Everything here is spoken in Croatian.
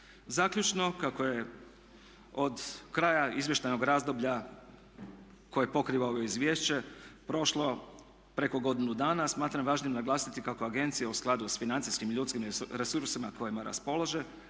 Zaključno kako je od kraja izvještajnog razdoblja koje pokriva ovo izvješće prošlo preko godinu dana smatram važnim naglasiti kako agencija u skladu sa financijskim i ljudskim resursima kojima raspolaže